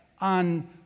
on